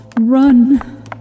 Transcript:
Run